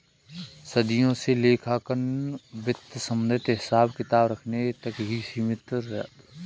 सदियों से लेखांकन वित्त संबंधित हिसाब किताब रखने तक ही सीमित रहा